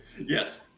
Yes